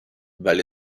weil